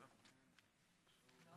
תודה